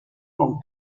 con